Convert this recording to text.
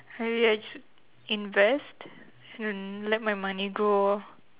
maybe I should invest and let my money grow